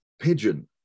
Pigeon